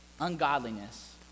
ungodliness